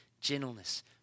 gentleness